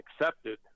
accepted